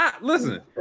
Listen